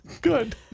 Good